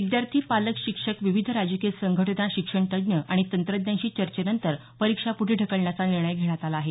विद्यार्थी पालक शिक्षक विविध राजकीय संघटना शिक्षण तज्ज्ञ आणि तंत्रज्ञांशी चर्चेनंतर परीक्षा पुढे ढकलण्याचा निर्णय घेण्यात आला आहे